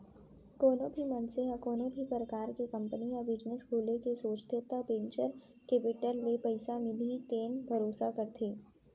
कोनो भी मनसे ह कोनो भी परकार के कंपनी या बिजनेस खोले के सोचथे त वेंचर केपिटल ले पइसा मिलही तेन भरोसा करथे